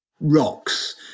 rocks